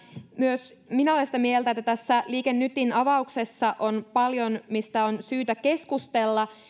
myös minä olen sitä mieltä että tässä liike nytin avauksessa on paljon mistä on syytä keskustella